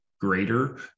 greater